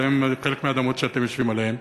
חלק מהאדמות שאתם יושבים עליהן,